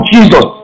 Jesus